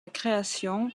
création